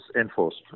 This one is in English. enforced